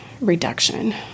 reduction